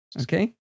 Okay